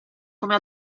come